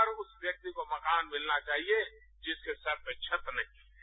हर उस व्यक्ति को मकान मिलना चाहिए जिसके सर पर छत नहीं है